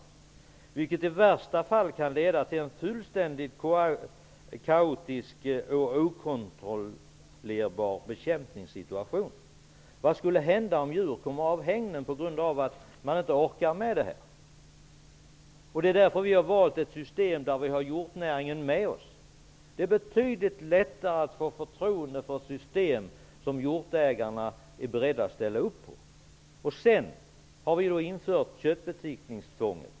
Det skulle i värsta fall kunna leda till en fullständigt kaotisk och okontrollerbar bekämpningssituation. Vad skulle hända om djur kom ur hägnen på grund av att ägaren inte orkade med det hela? Därför har vi valt ett system där vi har hjortnäringen med oss. Det är betydligt lättare att få förtroende för ett system som hjortägarna är beredda att ställa upp på. Sedan har vi infört köttbesiktningstvånget.